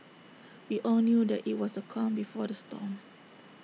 we all knew that IT was the calm before the storm